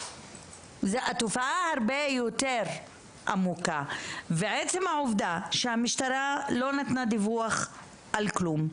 התופעה הרבה יותר עמוקה; המשטרה לא נתנה דיווח על כלום,